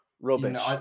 Rubbish